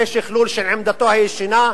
זה שכלול של עמדתו הישנה: